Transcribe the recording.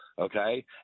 okay